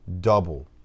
double